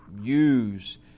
use